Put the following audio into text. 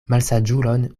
malsaĝulon